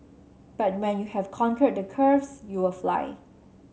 but when you have conquered the curves you will fly